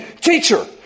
Teacher